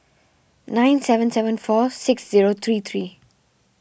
nine seven seven four six zero three three